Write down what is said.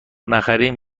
نخریم